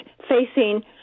facing